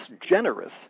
generous